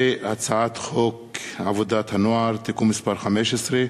והצעת חוק עבודת הנוער (תיקון מס' 15),